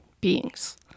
beings